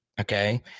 okay